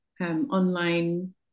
online